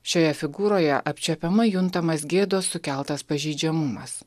šioje figūroje apčiuopiamai juntamas gėdos sukeltas pažeidžiamumas